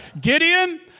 Gideon